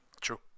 True